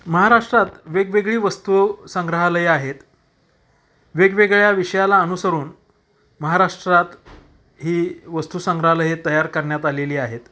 महाराष्ट्रात वेगवेगळी वस्तू संग्रहालयं आहेत वेगवेगळ्या विषयाला अनुसरून महाराष्ट्रात ही वस्तू संग्रहालये तयार करण्यात आलेली आहेत